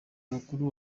mukuru